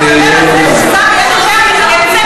התקנון מדבר על זה ששר יהיה נוכח,